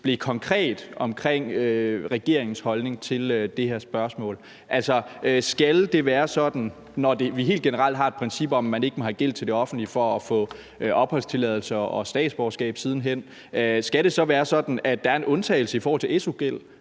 blev konkret omkring regeringens holdning til det her spørgsmål. Altså, når vi helt generelt har et princip om, at man ikke må have gæld til det offentlige for at kunne få opholdstilladelse og statsborgerskab siden hen, skal det så være sådan, at der er en undtagelse i forhold til su-gæld,